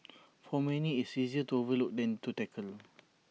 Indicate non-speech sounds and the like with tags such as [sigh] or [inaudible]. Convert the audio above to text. [noise] for many it's easier to overlook than to tackle [noise]